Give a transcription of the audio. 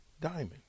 diamond